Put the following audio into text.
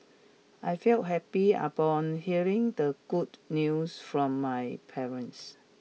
I failed happy upon hearing the good news from my parents